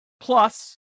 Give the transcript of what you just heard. Plus